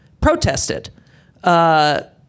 protested